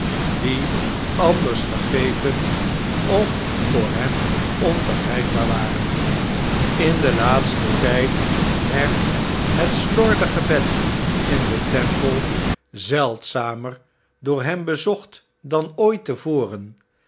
die anders vergeten of voor hem onbereikbaar waren in den laatsten tjjd werd het slordige bed in de temple zeldzamer door hem bezocht dan ooit